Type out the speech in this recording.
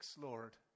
Lord